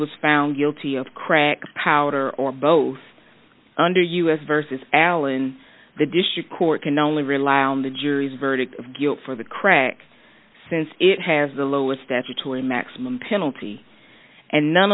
was found guilty of crack power or both under us vs alan the district court can only rely on the jury's verdict of guilt for the crack since it has the lowest statutory maximum penalty and none